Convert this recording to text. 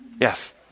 Yes